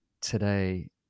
today